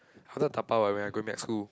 how do I dabao ah when I going back school